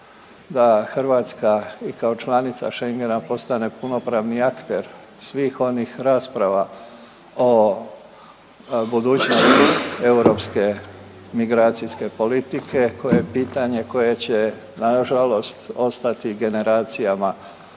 da Hrvatska i kao članica Schengena postane punopravni akter svih onih rasprava o budućnosti europske migracijske politike koje je pitanje koje će nažalost ostati generacijama